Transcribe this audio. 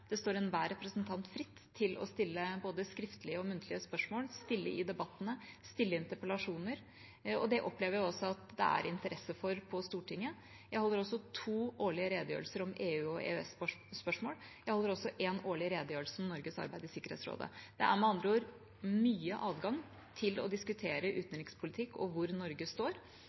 Det står enhver representant fritt å stille både skriftlige og muntlige spørsmål, stille i debattene, stille interpellasjoner. Det opplever jeg også at det er interesse for på Stortinget. Jeg holder to årlige redegjørelser om EU- og EØS-spørsmål. Jeg holder også én årlig redegjørelse om Norges arbeid i Sikkerhetsrådet. Det er med andre ord stor adgang til å diskutere utenrikspolitikk og hvor Norge står.